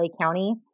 County